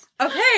Okay